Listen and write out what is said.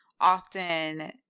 often